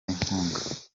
inkunga